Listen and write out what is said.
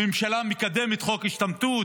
הממשלה מקדמת חוק השתמטות.